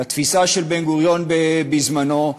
לתפיסה של בן-גוריון בזמנו,